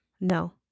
No